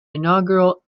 inaugural